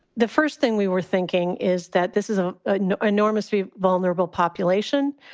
the first thing we were thinking is that this is ah an enormously vulnerable population.